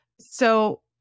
So-